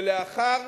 ולאחר